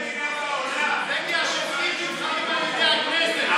זה כי השופטים נבחרים על ידי הכנסת,